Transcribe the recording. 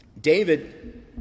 David